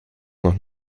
noch